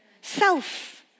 self